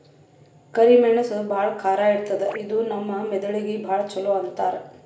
ಕರಿ ಮೆಣಸ್ ಭಾಳ್ ಖಾರ ಇರ್ತದ್ ಇದು ನಮ್ ಮೆದಳಿಗ್ ಭಾಳ್ ಛಲೋ ಅಂತಾರ್